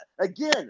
Again